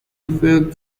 referred